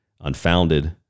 unfounded